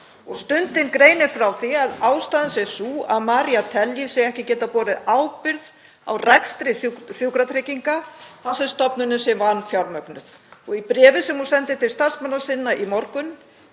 Stundin greinir frá því að ástæðan sé sú að María telji sig ekki geta borið ábyrgð á rekstri Sjúkratrygginga þar sem stofnunin sé vanfjármögnuð. Í bréfi sem hún sendir til starfsmanna sinna í morgun